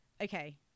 okay